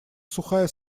сухая